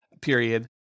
period